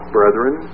brethren